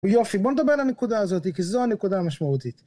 יופי, בוא נדבר על הנקודה הזאת כי זו הנקודה המשמעותית